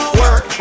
work